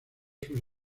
sus